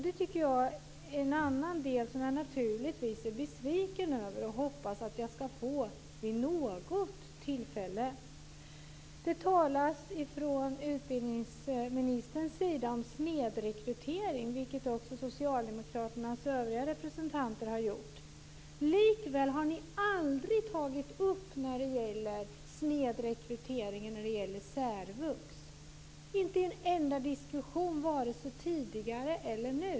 Det är en annan del som jag naturligtvis är besviken över. Jag hoppas att jag vid något tillfälle skall få svar. Utbildningsministern talar om snedrekrytering, vilket också socialdemokraternas övriga representanter har gjort. Likväl har ni aldrig tagit upp snedrekryteringen när det gäller särvux, inte i en enda diskussion, vare sig tidigare eller nu.